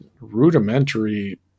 rudimentary